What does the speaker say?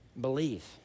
believe